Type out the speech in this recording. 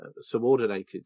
subordinated